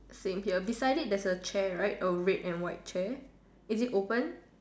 same here beside it there's a chair right a red and white chair is it open